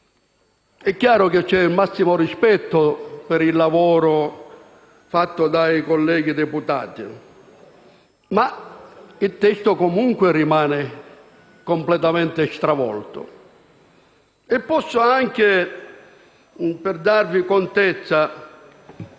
È chiaro che c'è il massimo rispetto per il lavoro fatto dai colleghi deputati, ma il testo comunque rimane completamente stravolto. Per darvi contezza